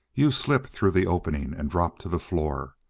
you slip through the opening and drop to the floor.